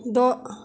द'